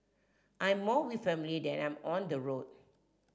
I am more with family than I am on the road